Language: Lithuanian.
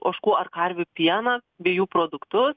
ožkų ar karvių pieną bei jų produktus